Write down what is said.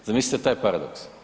Zamislite taj paradoks.